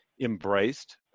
embraced